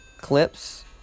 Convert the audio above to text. clips